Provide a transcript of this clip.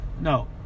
No